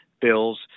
bills